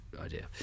idea